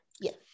Yes